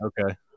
Okay